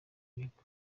mihigo